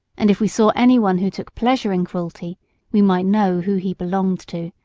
and if we saw any one who took pleasure in cruelty we might know who he belonged to,